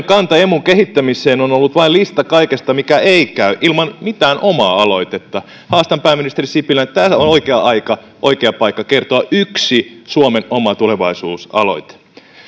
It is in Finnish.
kanta emun kehittämiseen on ollut vain lista kaikesta mikä ei käy ilman mitään omaa aloitetta haastan pääministeri sipilän tämä on oikea aika oikea paikka kertoa yksi suomen oma tulevaisuusaloite